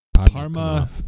Parma